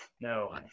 No